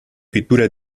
pittura